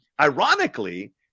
ironically